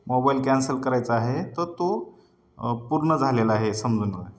mobile cancel करायचा आहे तर तो पूर्ण झालेला आहे समजून रहा